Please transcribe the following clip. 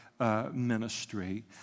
Ministry